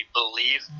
believe